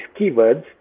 keywords